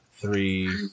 Three